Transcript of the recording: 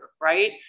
right